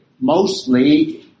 mostly